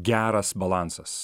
geras balansas